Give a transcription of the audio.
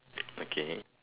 okay